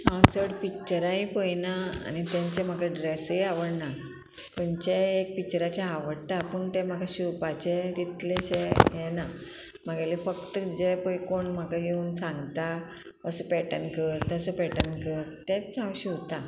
हांव चड पिक्चराय पळयना आनी तेंचे म्हाका ड्रेसूय आवडना खंयचेय एक पिक्चराचे आवडटा पूण तें म्हाका शिवपाचे तितलेशे हे ना म्हागेले फक्त जे पळय कोण म्हाका येवन सांगता असो पॅटन कर तसो पॅटर्न कर तेंच हांव शिंवतां